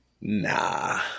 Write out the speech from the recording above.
Nah